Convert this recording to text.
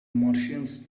martians